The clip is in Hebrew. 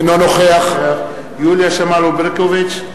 אינו נוכח יוליה שמאלוב-ברקוביץ,